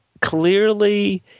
clearly